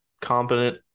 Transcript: competent